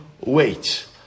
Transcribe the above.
wait